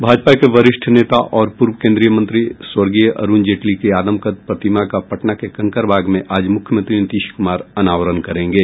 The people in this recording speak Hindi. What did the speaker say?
भाजपा के वरिष्ठ नेता और पूर्व केन्द्रीय मंत्री स्वर्गीय अरुण जेटली की आदमकद प्रतिमा का पटना के कंकड़बाग में आज मुख्यमंत्री नीतीश कुमार अनावरण करेंगे